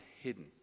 hidden